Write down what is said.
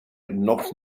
noch